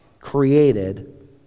created